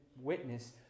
witness